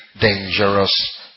dangerous